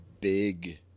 big